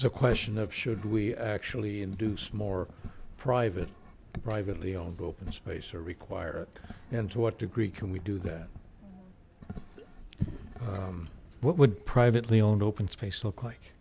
a question of should we actually induce more private privately owned open space or require and to what degree can we do that what would privately owned open space look like